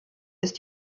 ist